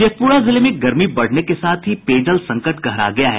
शेखप्रा जिले में गर्मी बढ़ने के साथ ही पेयजल संकट गहरा गया है